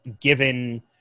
given